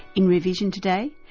in rear vision today,